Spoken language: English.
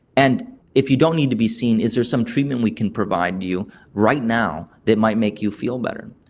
and if you don't need to be seen, is there some treatment we can provide to you right now that might make you feel better?